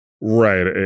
Right